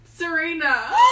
Serena